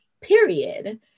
period